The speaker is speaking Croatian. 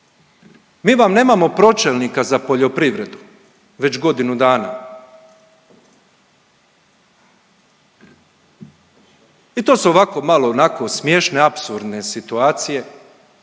Mi vam nemamo pročelnika za poljoprivredu već godinu dana. I to su ovako, malo onako smiješne, apsurdne situacije,